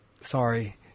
sorry